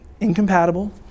incompatible